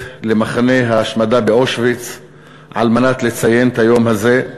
למחנה ההשמדה באושוויץ על מנת לציין את היום הזה.